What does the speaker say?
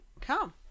come